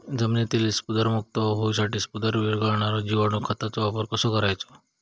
जमिनीतील स्फुदरमुक्त होऊसाठीक स्फुदर वीरघळनारो जिवाणू खताचो वापर कसो करायचो?